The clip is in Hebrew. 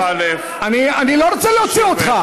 אני לא רוצה להוציא אותך.